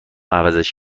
عوضش